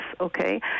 okay